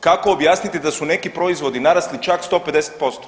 Kako objasniti da su neki proizvodi narasli čak 150%